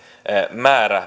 määrä